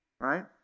right